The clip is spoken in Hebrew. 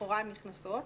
הן נכנסות.